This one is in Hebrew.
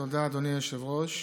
תודה, אדוני היושב-ראש.